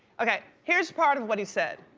okay, here's part of what he said,